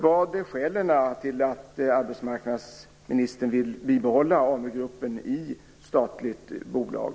Vilka är skälen till att arbetsmarknadsministern vill behålla AMU-gruppen som ett statligt bolag?